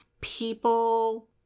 people